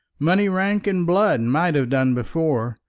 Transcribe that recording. money, rank, and blood might have done before,